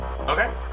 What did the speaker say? okay